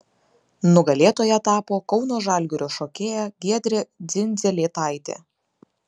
nugalėtoja tapo kauno žalgirio šokėja giedrė dzindzelėtaitė